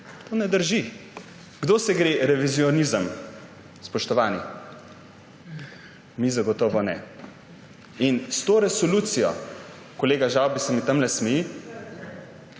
To ne drži. Kdo se gre revizionizem, spoštovani? Mi zagotovo ne. S to resolucijo – kolega Žavbi se mi tamle smeji